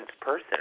person